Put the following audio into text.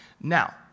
Now